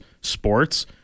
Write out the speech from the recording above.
sports